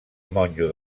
monjo